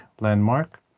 landmark